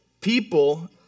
people